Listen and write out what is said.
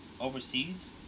overseas